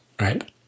right